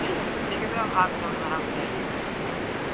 ठीक है सर ठीक है सर आप एकदम आराम से आइएगा सर कोई दिक्कत